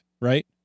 right